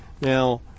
Now